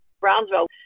Brownsville